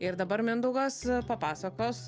ir dabar mindaugas papasakos